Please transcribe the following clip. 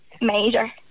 major